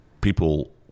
people